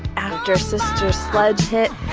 after sister sledge hit